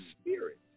spirit